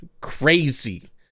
crazy